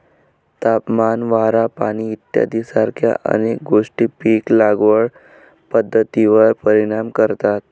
तापमान, वारा, पाणी इत्यादीसारख्या अनेक गोष्टी पीक लागवड पद्धतीवर परिणाम करतात